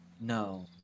No